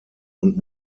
und